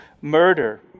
murder